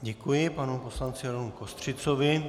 Děkuji panu poslanci Romu Kostřicovi.